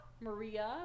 Maria